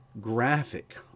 graphic